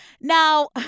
Now